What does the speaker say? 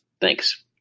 Thanks